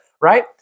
right